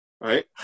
right